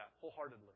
wholeheartedly